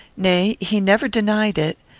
nay, he never denied it.